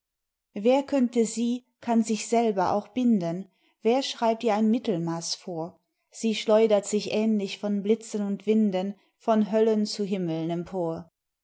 wer könnte sie kann sich selber auch binden wer schreibt ihr ein mittelmaß vor sie schleudert sich ähnlich von blitzen und winden von höllen zu himmeln empor